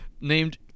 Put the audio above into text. named